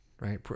right